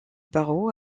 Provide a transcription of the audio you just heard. barreaux